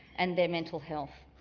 and their mental health.